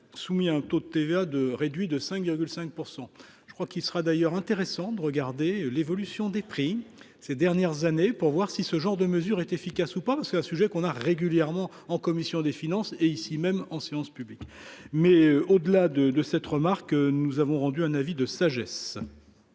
soumis à un taux de TVA deux réduit de 5,5 % je crois qu'il sera d'ailleurs intéressant de regarder l'évolution des prix ces dernières années pour voir si ce genre de mesure est efficace ou pas, parce que c'est un sujet qu'on a régulièrement en commission des finances, et ici même en séance publique, mais au-delà de de cette remarque : nous avons rendu un avis de sagesse.